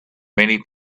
many